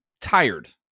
tired